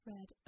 Red